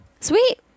sweet